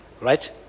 Right